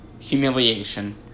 humiliation